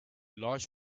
large